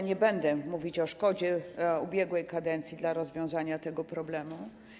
Nie będę mówić o szkodzie z ubiegłej kadencji dla rozwiązania tego problemu.